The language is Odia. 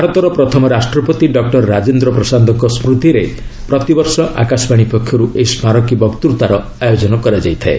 ଭାରତର ପ୍ରଥମ ରାଷ୍ଟ୍ରପତି ଡକ୍ଟର ରାଜେନ୍ଦ୍ର ପ୍ରସାଦଙ୍କ ସ୍କୁତିରେ ପ୍ରତିବର୍ଷ ଆକାଶବାଣୀ ପକ୍ଷରୁ ଏହି ସ୍କାରକୀ ବକ୍ତୃତାର ଆୟୋଜନ କରାଯାଇଥାଏ